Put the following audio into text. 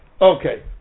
Okay